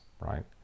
right